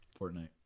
Fortnite